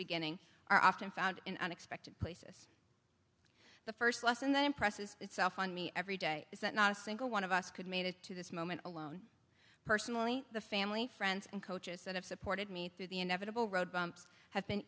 beginning are often found in unexpected places the first lesson that impresses itself on me every day is that not a single one of us could made it to this moment alone personally the family friends and coaches that have supported me through the inevitable road bumps have been